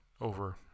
over